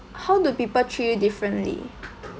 how do people treat you differently